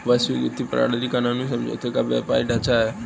वैश्विक वित्तीय प्रणाली कानूनी समझौतों का विश्वव्यापी ढांचा है